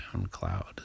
SoundCloud